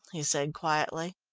he said quietly.